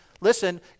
listen